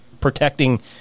protecting